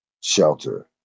shelter